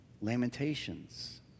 Lamentations